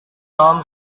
tom